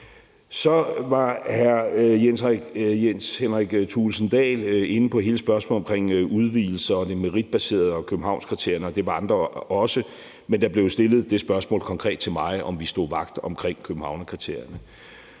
Så var hr. Jens Henrik Thulesen Dahl inde på hele spørgsmålet om udvidelser, den meritbaserede proces og Københavnskriterierne, og det var også andre, men der blev stillet det spørgsmål konkret til mig, om vi stod vagt om Københavnskriterierne,